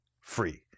free